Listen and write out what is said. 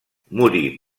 morí